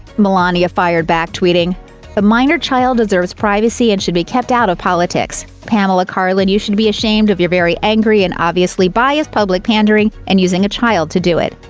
melania fired back, tweeting a minor child deserves privacy and should be kept out of politics. pamela karlan, you should be ashamed of your very angry and obviously biased public pandering, and using a child to do it.